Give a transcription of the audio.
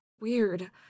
weird